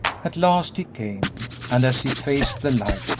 at last he came, and, as he faced the light,